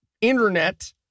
internet